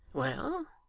well!